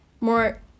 more